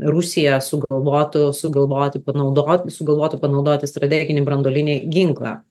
rusija sugalvotų sugalvoti panaudo sugalvotų panaudoti strateginį branduolinį ginklą